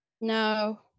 No